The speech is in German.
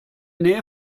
nähe